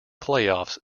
playoffs